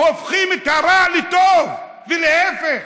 הופכים את הרע לטוב ולהפך.